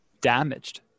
damaged